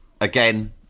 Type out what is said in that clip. Again